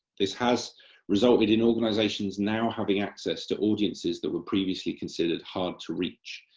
this has resulted in organisations now having access to audiences that were previously considered hard to reach,